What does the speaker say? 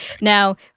Now